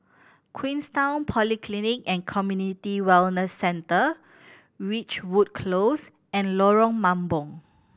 Queenstown Polyclinic and Community Wellness Centre Ridgewood Close and Lorong Mambong